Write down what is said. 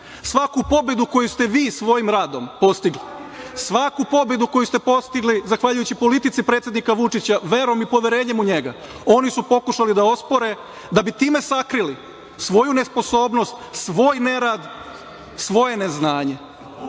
Svaku pobedu koju ste vi svojim radom postigli, svaku pobedu koji ste postigli zahvaljujući politici predsednika Vučića, verom i poverenjem u njega, oni su pokušali da ospore, da bi time sakrili svoju nesposobnost, svoj nerad, svoje neznanje. Poštovani